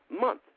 month